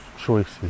choices